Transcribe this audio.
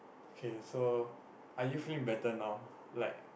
okay so are you feeling better now like